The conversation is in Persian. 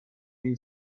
این